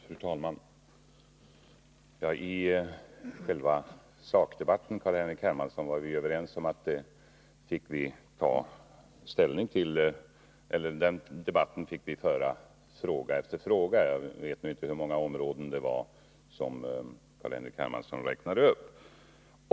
Fru talman! Beträffande själva sakdebatten, Carl-Henrik Hermansson, var vi överens om att vi fick föra den i fråga efter fråga. Jag vet nu inte hur många områden det var som Carl-Henrik Hermansson räknade upp.